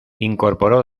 incorporó